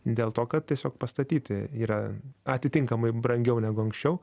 dėl to kad tiesiog pastatyti yra atitinkamai brangiau negu anksčiau